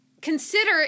consider